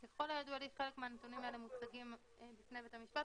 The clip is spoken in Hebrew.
ככל הידוע לי חלק מהנתונים האלה מוצגים בפני בית המשפט,